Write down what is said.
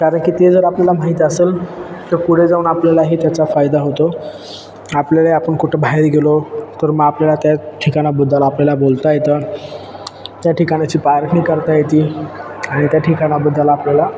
कारण की ते जर आपल्याला माहीत असेल तर पुढे जाऊन आपल्यालाही त्याचा फायदा होतो आपल्याला आपण कुठं बाहेर गेलो तर मग आपल्याला त्या ठिकाणाबद्दल आपल्याला बोलता येतं त्या ठिकाणाची पारखणी करता येते आणि त्या ठिकाणाबद्दल आपल्याला